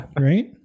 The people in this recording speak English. Right